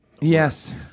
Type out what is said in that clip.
yes